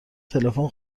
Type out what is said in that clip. تلفن